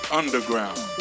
underground